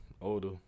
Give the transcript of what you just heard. older